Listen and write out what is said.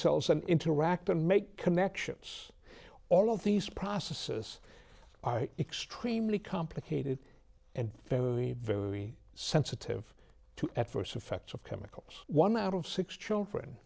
cells and interact and make connections all of these processes i extremely complicated and very very sensitive to at first affects of chemicals one out of six children